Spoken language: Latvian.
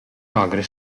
agri